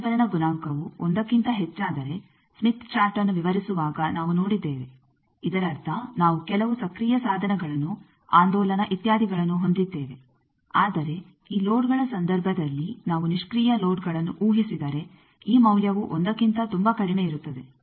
ಈ ಪ್ರತಿಫಲನ ಗುಣಾಂಕವು 1 ಕ್ಕಿಂತ ಹೆಚ್ಚಾದರೆ ಸ್ಮಿತ್ ಚಾರ್ಟ್ಅನ್ನು ವಿವರಿಸುವಾಗ ನಾವು ನೋಡಿದ್ದೇವೆ ಇದರರ್ಥ ನಾವು ಕೆಲವು ಸಕ್ರಿಯ ಸಾಧನಗಳನ್ನು ಆಂದೋಲನ ಇತ್ಯಾದಿಗಳನ್ನು ಹೊಂದಿದ್ದೇವೆ ಆದರೆ ಈ ಲೋಡ್ಗಳ ಸಂದರ್ಭದಲ್ಲಿ ನಾವು ನಿಷ್ಕ್ರಿಯ ಲೋಡ್ಗಳನ್ನು ಊಹಿಸಿದರೆ ಈ ಮೌಲ್ಯವು 1ಕ್ಕಿಂತ ತುಂಬಾ ಕಡಿಮೆ ಇರುತ್ತದೆ